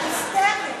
היסטרית.